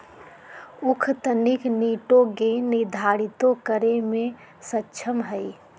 उख तनिक निटोगेन निर्धारितो करे में सक्षम हई